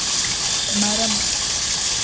மரம்